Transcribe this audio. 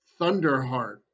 Thunderheart